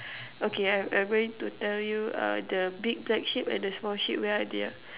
okay I'm I'm going to tell you uh the big black sheep and the small sheep where are they ah